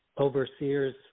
overseers